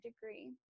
degree